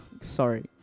sorry